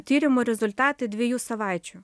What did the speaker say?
tyrimų rezultatai dviejų savaičių